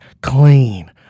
clean